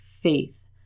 faith